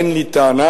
אין לי טענה,